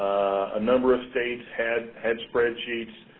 a number of states had had spreadsheets.